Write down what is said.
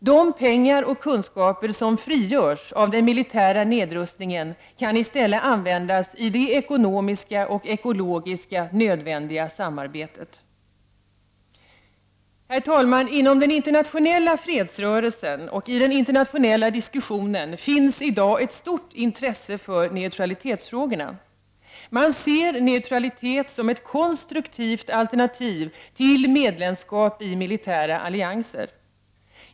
De pengar och kunskaper som frigörs av den militära nedrustningen kan i stället användas i det ekonomiska och ekologiska samarbetet. Herr talman! Inom den internationella fredsrörelsen och i den internatio nella diskussionen finns i dag ett stort intresse för neutralitetsfrågorna. Man ser neutralitet som ett konstruktivt alternativ till medlemsskap i militära allianser.